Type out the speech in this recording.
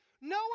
No